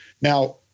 Now